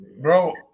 Bro